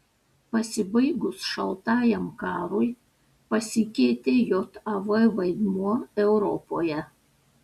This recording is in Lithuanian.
pasibaigus šaltajam karui pasikeitė jav vaidmuo europoje